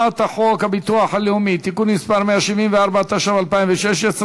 חוק הביטוח הלאומי (תיקון מס' 174), התשע"ו 2016,